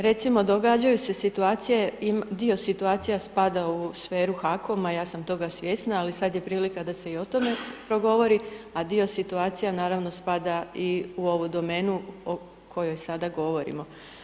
Recimo, događaju se situacije, dio situacija spada u sferu HAKOM-a, ja sam toga svjesna, ali sad je prilika da se i o tome progovori, a dio situacija naravno spada i u ovu domenu o kojoj sada govorimo.